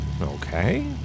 Okay